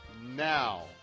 now